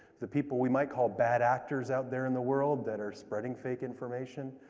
the people we might call bad actors out there in the world, that are spreading fake information,